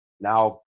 Now